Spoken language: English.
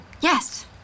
Yes